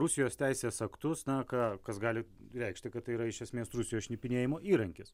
rusijos teisės aktus na ką kas gali reikšti kad tai yra iš esmės rusijos šnipinėjimo įrankis